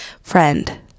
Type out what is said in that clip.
friend